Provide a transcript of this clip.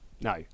No